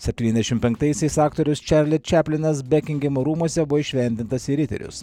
septyniasdešimt penktaisiais aktorius čiarli čiaplinas bekingemo rūmuose buvo įšventintas į riterius